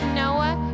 noah